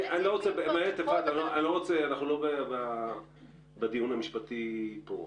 אנחנו לא בדיון המשפטי פה.